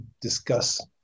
discuss